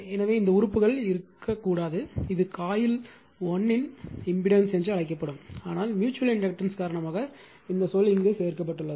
எனவே இந்த உறுப்புகள் இருக்க கூடாது இது காயில் 1 இன் இம்பிடன்ஸ் என்று அழைக்கப்படும் ஆனால் ம்யுச்சுவல் இண்டக்டன்ஸ் காரணமாக இந்த சொல் சேர்க்கப்பட்டுள்ளது